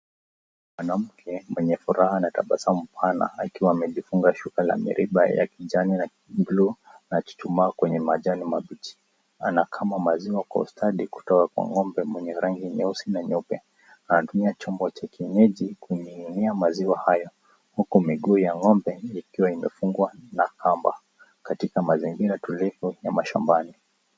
Mwanamke mwenye furaha na tabasamu pana akiwa amejifunga shuka la miraba ya kijani na blue na kuchuchumaa kwenye majani mabichi. Anakama maziwa kwa ustadi kutoka kwa ng'ombe mwenye rangi nyeusi na nyeupe. Anatumia chombo cha kienyeji kuminyinia maziwa hayo huku miguu ya ng'ombe ikiwa imefungwa na kamba katika mazingira tulivu ya mashambani.